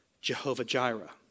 Jehovah-Jireh